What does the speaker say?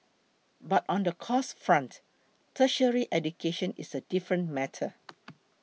but on the costs front tertiary education is a different matter